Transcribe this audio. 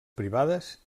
privades